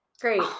great